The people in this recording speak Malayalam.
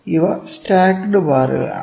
ഇവ സ്റ്റാക്കഡ് ബാറുകളാണ്